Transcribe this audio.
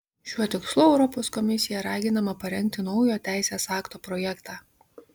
šiuo tikslu europos komisija raginama parengti naujo teisės akto projektą